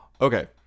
Okay